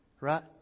Right